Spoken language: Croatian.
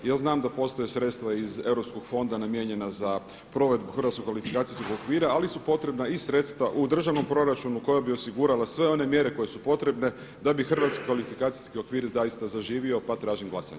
Ja znam da postoje sredstva iz europskog fonda namijenjena za provedbu Hrvatskog kvalifikacijskog okvira, ali su potrebna i sredstva u državnom proračunu koja bi osigurala sve one mjere koje su potrebne da bi Hrvatski kvalifikacijski okvir zaista zaživio pa tražim glasanje.